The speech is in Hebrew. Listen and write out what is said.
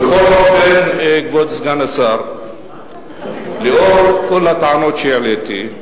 בכל אופן, כבוד סגן השר, לנוכח כל הטענות שהעליתי,